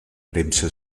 premsa